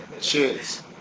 Cheers